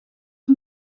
een